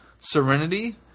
Serenity